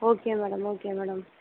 okay madam okay madam